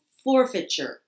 forfeiture